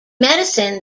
medicine